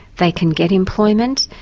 they can get employment,